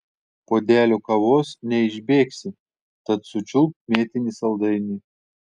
puodelio kavos neišbėgsi tad sučiulpk mėtinį saldainį